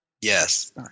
Yes